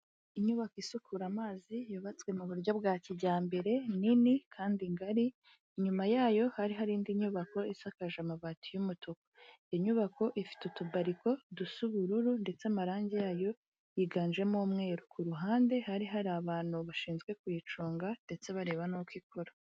Inyubako isukura amazi yubatswe mu buryo bwa kijyambere nini kandi ngari, inyuma yayo hari hari indi nyubako isakaje amabati y'umutuku, iyi nyubako ifite utubariko dusa ubururu ndetse amarangi yayo yiganjemo umweru, ku ruhande hari hari abantu bashinzwe kuyicunga ndetse bareba n'uko ikora.